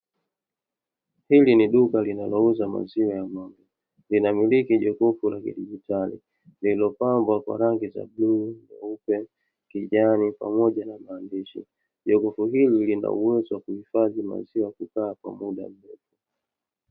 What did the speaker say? Hili ni duka linalouza maziwa ya Ng'ombe, linamiliki Jokofu la kidigitali, lililopambwa kwa rangi za bluu, nyeupe, kijani pamoja na maandishi, jokofu hili linauwezo wa kuhifadhi maziwa kukaa kwa muda mrefu.